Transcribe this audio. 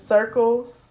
Circles